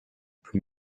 from